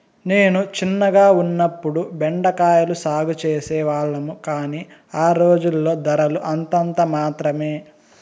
నేను చిన్నగా ఉన్నప్పుడు బెండ కాయల సాగు చేసే వాళ్లము, కానీ ఆ రోజుల్లో ధరలు అంతంత మాత్రమె